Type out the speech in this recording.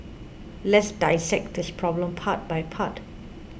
let's dissect this problem part by part